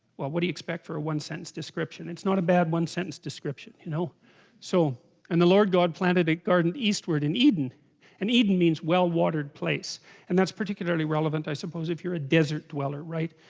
well what do you for a one-sentence description it's not a bad one sentence description you know so and the lord god planted a garden eastward in eden and eden means well watered place and that's particularly relevant i suppose if you're a desert dweller right?